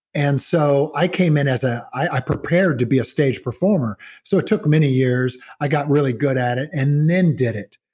and so i came in as ah i prepared to be a stage performer so took it many years, i got really good at it and then did it.